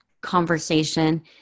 conversation